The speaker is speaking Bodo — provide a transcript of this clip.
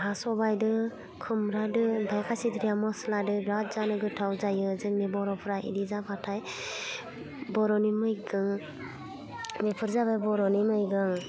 हा सबाइदो खुमब्रादो ओमफाय खासि दिरिया मस्लादो बिराद जानो गोथाव जायो जोंनि बर'फ्रा बिदि जाबाथाय बर'नि मैगं बेफोर जाबाय बर'नि मैगं